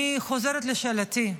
אני חוזרת לשאלתי,